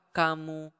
kamu